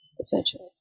essentially